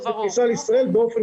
מסרבים להכניס אותם לארץ.